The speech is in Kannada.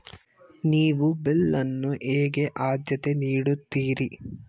ನೀವು ಬಿಲ್ ಅನ್ನು ಹೇಗೆ ಆದ್ಯತೆ ನೀಡುತ್ತೀರಿ?